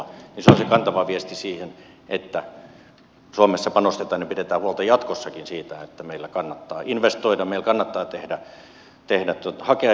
se on se kantava viesti siihen että suomessa panostetaan ja pidetään huolta jatkossakin siitä että meillä kannattaa investoida meillä kannattaa hakea investointitukia